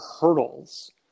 hurdles